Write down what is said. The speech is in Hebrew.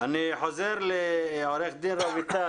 אני חוזר לעו"ד רויטל לן כהן.